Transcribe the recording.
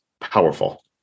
powerful